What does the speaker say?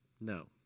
No